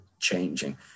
changing